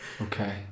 Okay